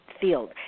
field